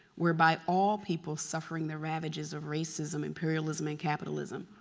whereby all people suffering the ravages of racism, imperialism, and capitalism,